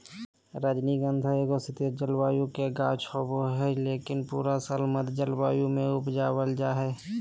रजनीगंधा एगो शीतोष्ण जलवायु के गाछ होबा हय, लेकिन पूरा साल मध्यम जलवायु मे उगावल जा हय